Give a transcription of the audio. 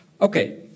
Okay